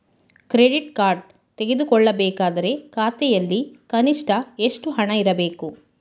Credit card ತೆಗೆದುಕೊಳ್ಳಬೇಕಾದರೆ ಖಾತೆಯಲ್ಲಿ ಕನಿಷ್ಠ ಎಷ್ಟು ಹಣ ಇರಬೇಕು?